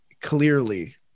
clearly